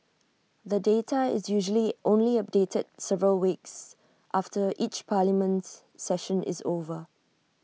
the data is usually only updated several weeks after each parliament session is over